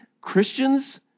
Christians